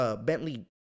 Bentley